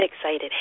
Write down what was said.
excited